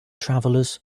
travelers